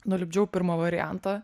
nulipdžiau pirmą variantą